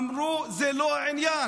אמרו: זה לא העניין.